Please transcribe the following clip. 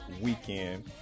weekend